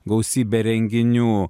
gausybė renginių